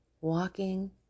walking